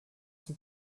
zum